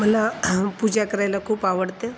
मला पूजा करायला खूप आवडते